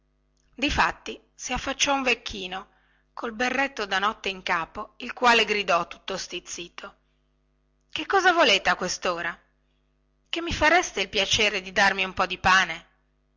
difatti si affacciò un vecchino col berretto da notte in capo il quale gridò tutto stizzito che cosa volete a questora che mi fareste il piacere di darmi un po di pane